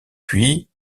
puis